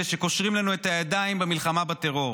שקושרים לנו את הידיים במלחמה בטרור,